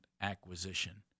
acquisition